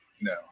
no